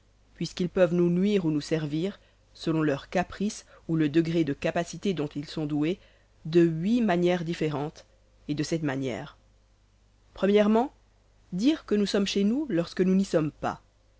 puisqu'ils peuvent nous nuire ou nous servir selon leur caprice ou le degré de capacité dont ils sont doués de huit manières différentes et de cette manière o dire que nous sommes chez nous lorsque nous n'y sommes pas